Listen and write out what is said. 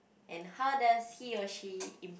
and how does he or she in~